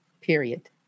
period